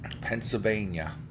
Pennsylvania